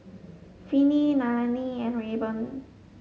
Vinnie Nallely and Rayburn